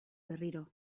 berriro